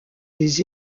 des